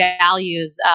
values